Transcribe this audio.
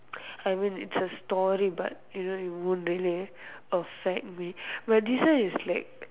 I mean it's a story but you know it won't really affect me but this one is like